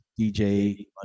dj